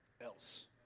else